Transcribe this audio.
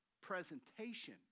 Presentation